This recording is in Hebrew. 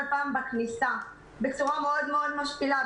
פעם בכניסה בצורה מאוד מאוד משפילה,